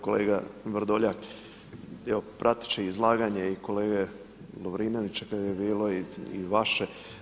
Kolega Vrdoljak, prateći izlaganje i kolege Lovrinovića kad je bilo i vaše.